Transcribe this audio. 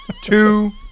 Two